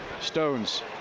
Stones